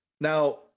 now